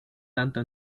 tanto